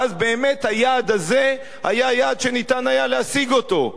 ואז באמת היעד הזה היה יעד שהיה אפשר להשיג אותו,